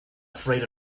afraid